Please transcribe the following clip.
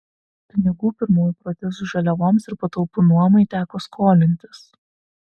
pinigų pirmųjų protezų žaliavoms ir patalpų nuomai teko skolintis